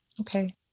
Okay